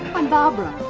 i'm barbara,